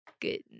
good